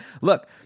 Look